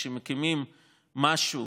שכשמקימים משהו,